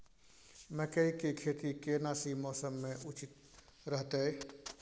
मकई के खेती केना सी मौसम मे उचित रहतय?